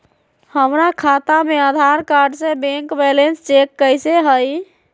हमरा खाता में आधार कार्ड से बैंक बैलेंस चेक कैसे हुई?